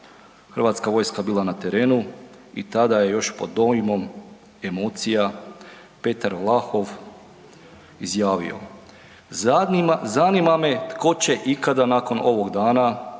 Hrvatska vojska bila na terenu i tada je još pod dojmom emocija Petar Vlahov izjavio „zanima me tko će ikada nakon ovog dana